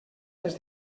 les